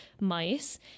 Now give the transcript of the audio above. mice